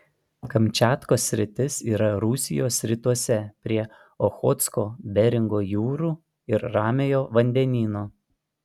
kamčiatkos sritis yra rusijos rytuose prie ochotsko beringo jūrų ir ramiojo vandenyno